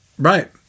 Right